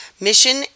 mission